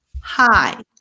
Hi